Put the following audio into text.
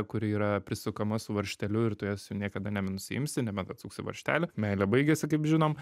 kuri yra prisukama su varžteliu ir tu jos jau niekada nebenusiimsi nebent atsuksi varžtelį meilė baigėsi kaip žinom